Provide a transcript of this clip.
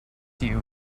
you